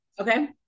Okay